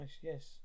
yes